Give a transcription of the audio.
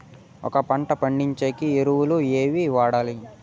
ఒక పంట పండించేకి ఎరువులు ఏవి వాడాలి?